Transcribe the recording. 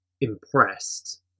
impressed